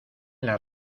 las